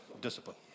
discipline